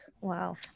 Wow